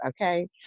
okay